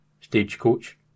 Stagecoach